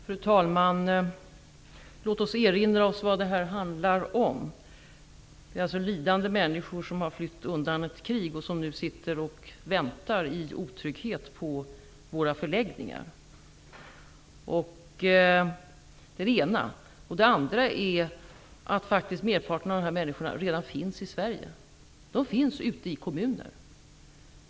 Fru talman! Låt oss erinra oss vad detta handlar om. Det är lidande människor som har flytt undan ett krig och som nu sitter och väntar i otrygghet på våra förläggningar. Det är det ena. Det andra är att merparten av de här människorna redan finns i Sverige. De finns ute i kommuner.